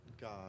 God